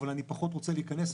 אבל אני פחות רוצה להיכנס.